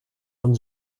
von